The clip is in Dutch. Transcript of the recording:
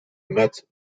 met